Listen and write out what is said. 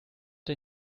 der